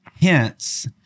Hence